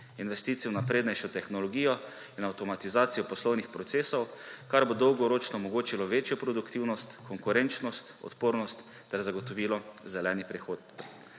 investicij v naprednejšo tehnologijo in avtomatizacijo poslovnih procesov, kar bo dolgoročno omogočilo večjo produktivnost, konkurenčnost, odpornost ter zagotovilo zeleni prehod.